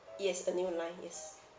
yes a new line yes